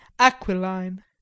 aquiline